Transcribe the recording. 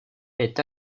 est